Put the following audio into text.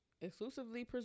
exclusively